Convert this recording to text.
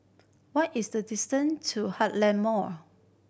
what is the distant to Heartland Mall